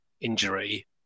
injury